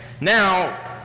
now